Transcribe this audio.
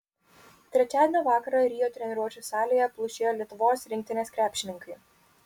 trečiadienio vakarą rio treniruočių salėje plušėjo lietuvos rinktinės krepšininkai